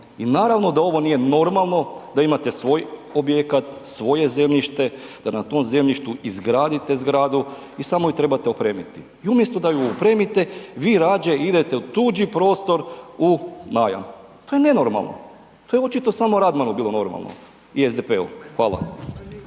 i naravno da ovo nije normalno da imate svoj objekat, svoje zemljište, da na tom zemljištu izgradite zgradu i samo ju trebate opremate i umjesto da ju opremite vi rađe idete u tuđi prostor u najam. To je nenormalno. To je očito samo Radmanu bilo normalno i SDP-u. Hvala.